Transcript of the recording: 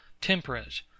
temperate